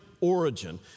origin